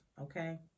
Okay